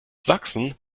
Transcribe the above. sachsen